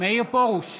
מאיר פרוש,